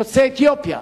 יוצאי אתיופיה